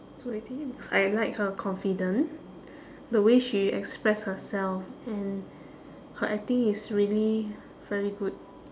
zoe tay because I like her confident the way she express herself and her acting is really very good